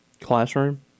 Classroom